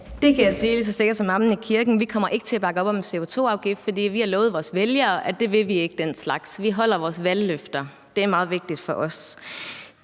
Det kan jeg sige lige så sikkert som amen i kirken: Vi kommer ikke til at bakke op om en CO2-afgift, for vi har lovet vores vælgere, at vi ikke vil den slags. Vi holder vores valgløfter. Det er meget vigtigt for os.